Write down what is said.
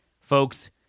Folks